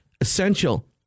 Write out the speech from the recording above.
essential